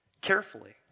carefully